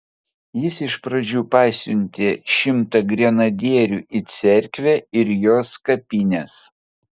jis iš pradžių pasiuntė šimtą grenadierių į cerkvę ir jos kapines